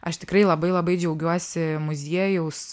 aš tikrai labai labai džiaugiuosi muziejaus